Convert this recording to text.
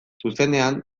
zuzenean